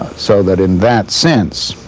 so that in that sense,